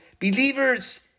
Believers